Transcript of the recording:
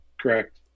Correct